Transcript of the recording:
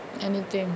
anything